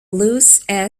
loose